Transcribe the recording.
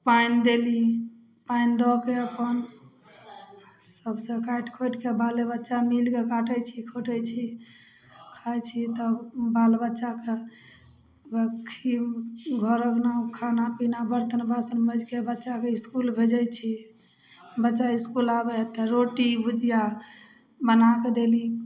पानि देली पानि दऽ के अपन सबसे काटि खोटिके बाले बच्चा मिलके काटे छियै खोटै छी खाय छी तब बाल बच्चाके घर अङ्गना खाना पीना बर्तन बासन माँजिके बच्चाके इसकुल भेजै छी बच्चा इसकुल आबे है तऽ रोटी भुजिआ बनाके देली